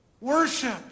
worship